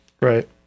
right